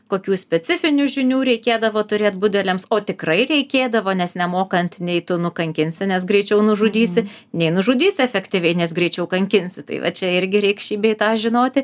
kokių specifinių žinių reikėdavo turėt budeliams o tikrai reikėdavo nes nemokant nei tu nukankinsi nes greičiau nužudysi nei nužudysi efektyviai nes greičiau kankinsi tai va čia irgi reik šį bei tą žinoti